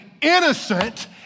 innocent